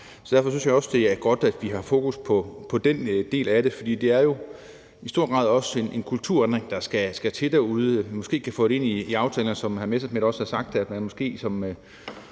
Derfor synes jeg også, at det er godt, at vi har fokus på den del af det, for det er jo i høj grad også en kulturændring, der skal til derude. Måske kan man få det ind i aftalerne – som hr. Morten Messerschmidt også har sagt – at dem,